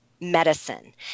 medicine